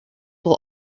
will